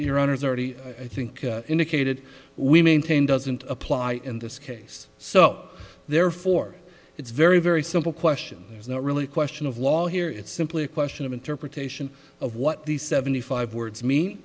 your honour's already i think indicated we maintain doesn't apply in this case so therefore it's very very simple question is not really a question of law here it's simply a question of interpretation of what the seventy five words mean